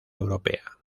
europea